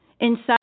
Inside